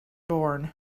born